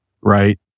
Right